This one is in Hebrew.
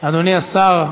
אדוני השר,